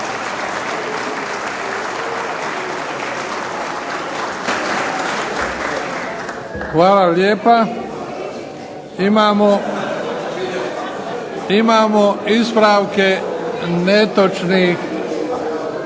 Hvala lijepa. Imamo ispravke netočnih